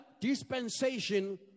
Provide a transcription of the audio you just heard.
dispensation